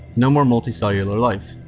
no more multi-cellular life.